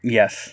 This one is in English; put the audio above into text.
Yes